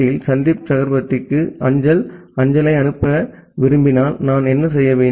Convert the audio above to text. யில் சந்தீப் சக்ரபர்த்திக்கு அஞ்சல் அஞ்சலை அனுப்ப விரும்பினால் நான் என்ன செய்ய வேண்டும்